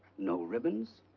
no ribbons,